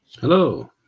Hello